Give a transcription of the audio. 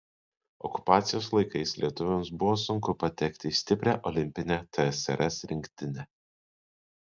okupacijos laikais lietuviams buvo sunku patekti į stiprią olimpinę tsrs rinktinę